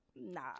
Nah